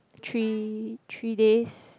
three three days